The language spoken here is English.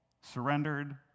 Surrendered